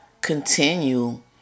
continue